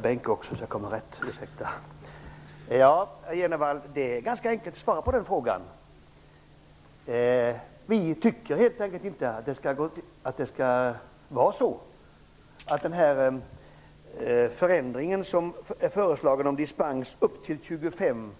Herr talman! Det är enkelt att svara på den frågan, herr Jenevall. Vi tycker helt enkelt inte att det skall finnas möjlighet till dispens för företag med upp till 25